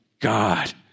God